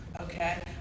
okay